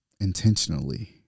intentionally